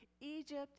Egypt